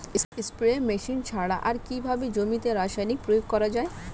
Spray machine ছাড়া আর কিভাবে জমিতে রাসায়নিক প্রয়োগ করা যায়?